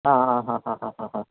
ആ ആ ആഹ് ഹാ